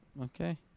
Okay